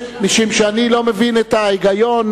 משום שאני לא מבין את ההיגיון